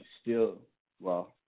still—well